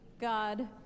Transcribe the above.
God